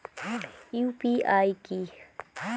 UPI কি?